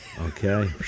Okay